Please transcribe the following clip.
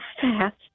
fast